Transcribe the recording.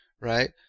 right